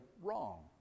wrong